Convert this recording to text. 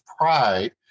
pride